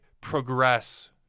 progress